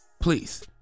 Please